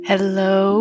Hello